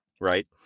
right